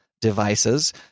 devices